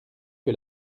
que